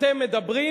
אתם מדברים,